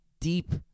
deep